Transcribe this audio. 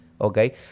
Okay